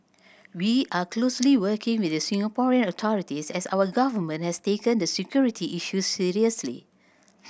we are closely working with the Singaporean authorities as our government has taken the security issue seriously